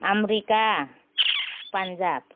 America Punjab